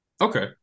Okay